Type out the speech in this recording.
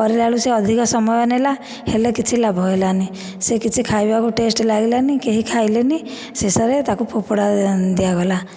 କରିଲା ବେଳକୁ ସେ ଅଧିକ ସମୟ ନେଲା ହେଲେ କିଛି ଲାଭ ହେଲାନି ସେ କିଛି ଖାଇବାକୁ ଟେଷ୍ଟ ଲାଗିଲାନି କେହି ଖାଇଲେନି ଶେଷରେ ତାକୁ ଫୋପଡ଼ା ଦିଆଗଲା